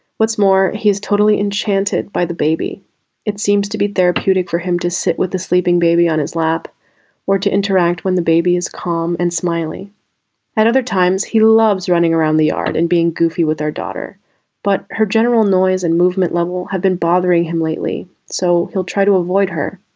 what's more he is totally enchanted by the baby it seems to be therapeutic for him to sit with the sleeping baby on his lap or to interact when the baby is calm and smiling at other times he loves running around the yard and being goofy with their daughter but her general noise and movement level have been bothering him lately so he'll try to avoid her.